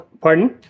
Pardon